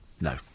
no